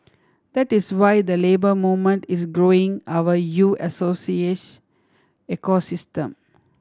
that is why the Labour Movement is growing our U Associate ecosystem